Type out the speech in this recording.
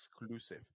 exclusive